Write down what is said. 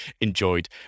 enjoyed